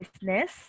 business